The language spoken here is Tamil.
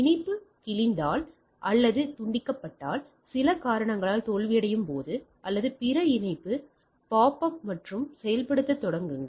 இணைப்பு கிழிந்தால் சில காரணங்களால் தோல்வியடையும் அல்லது பிற இணைப்பு பாப்அப் மற்றும் செயல்படுத்தத் தொடங்குங்கள்